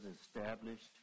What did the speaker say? established